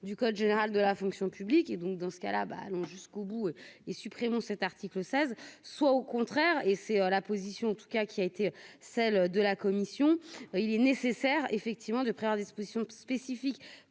du code général de la fonction publique et donc dans ce cas là, bah allons jusqu'au bout et supprimons cet article 16, soit au contraire, et c'est la position en tout cas, qui a été celle de la commission, il est nécessaire effectivement de premières dispositions spécifiques